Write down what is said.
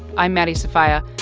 i'm maddie sofia.